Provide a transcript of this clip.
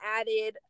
added